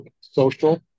social